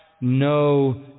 no